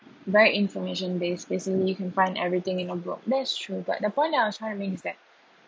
right information based basically you can find everything in a book that's true but the point I was trying to make is that